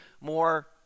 more